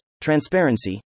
transparency